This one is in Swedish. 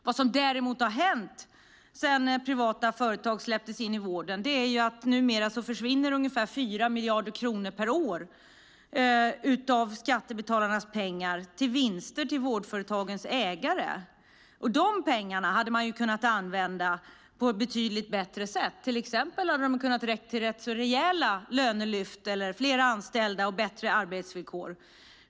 Vad som däremot har hänt sedan privata företag släpptes in i vården är att det numera försvinner ungefär 4 miljarder kronor per år av skattebetalarnas pengar till vinster åt vårdföretagens ägare. Dessa pengar hade man kunnat använda på ett betydligt bättre sätt - till exempel hade de kunnat räcka till rätt rejäla lönelyft eller fler anställda och bättre arbetsvillkor.